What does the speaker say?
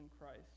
Christ